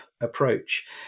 approach